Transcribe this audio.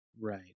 Right